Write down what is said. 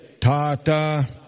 tata